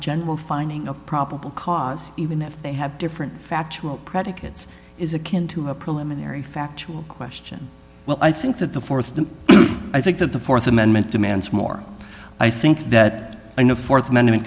general finding of probable cause even if they have different factual predicates is akin to a preliminary factual question well i think that the th that i think that the th amendment demands more i think that i know a th amendment